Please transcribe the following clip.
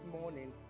morning